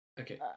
Okay